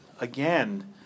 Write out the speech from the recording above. again